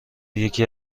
یکی